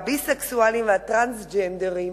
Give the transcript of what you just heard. הביסקסואלים והטרנסג'נדרים,